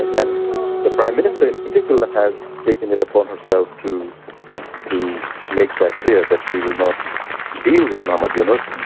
and the prime minister in particular has taken it upon herself to to make that clear, that she will not deal with muhammad yunus.